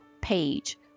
page